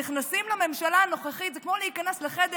כשנכנסים לממשלה הנוכחית זה כמו להיכנס לחדר